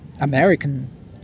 American